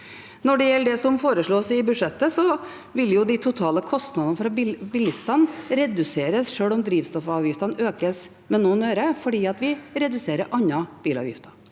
Når det gjelder det som foreslås i budsjettet, vil de totale kostnadene for bilistene reduseres sjøl om drivstoffavgiftene økes med noen øre, fordi vi reduserer andre bilavgifter.